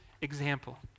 example